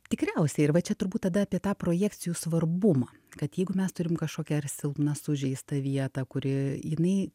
tikriausiai ir va čia turbūt tada apie tą projekcijų svarbumą kad jeigu mes turim kažkokią ar silpną sužeistą vietą kuri jinai